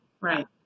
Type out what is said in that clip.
right